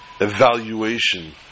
evaluation